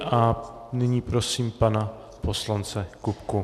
A nyní prosím pana poslance Kupku.